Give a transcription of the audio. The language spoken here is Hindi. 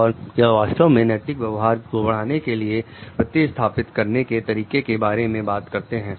और यह वास्तव में नैतिक व्यवहार को बढ़ाने के लिए प्रतिस्थापित करने के तरीके के बारे में बात करते हैं